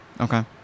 Okay